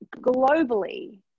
globally